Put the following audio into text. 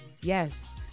yes